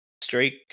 streak